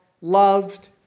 loved